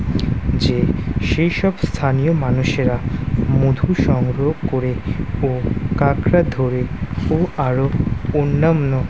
যে সেই সব স্থানীয় মানুষেরা মধু সংগ্রহ করে ও কাঁকড়া ধরে ও আরো অন্যান্য